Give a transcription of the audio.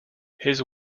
his